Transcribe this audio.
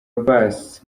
abbas